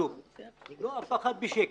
אף לא בשקל.